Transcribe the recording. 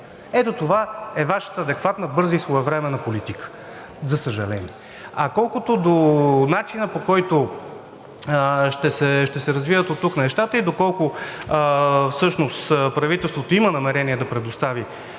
Ето това е Вашата адекватна, бърза и своевременна политика, за съжаление. А колкото до начина, по който ще се развиват оттук нещата, и доколко всъщност правителството има намерение да предостави